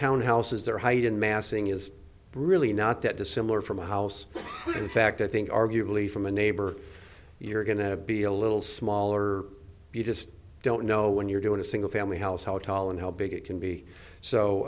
townhouses their height and massing is really not that dissimilar from a house in fact i think arguably from a neighbor you're going to be a little smaller you just don't know when you're doing a single family house how tall and how big it can be so